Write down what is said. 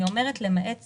כשאני כותבת "למעט צפייה",